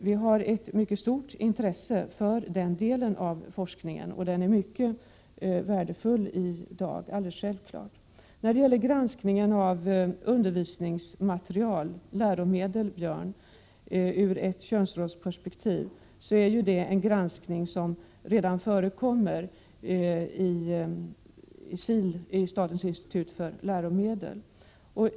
Vi har ett mycket stort intresse för den delen av forskningen, och den är självfallet mycket värdefull i dag. När det gäller granskningen av undervisningsmaterial, alltså läromedel, ur ett könsrollsperspektiv vill jag säga till Björn Samuelson att sådan granskning redan förekommer inom SIL, statens institut för läromedel.